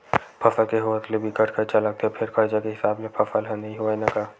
फसल के होवत ले बिकट खरचा लागथे फेर खरचा के हिसाब ले फसल ह नइ होवय न गा